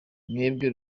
mwebwe